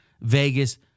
Vegas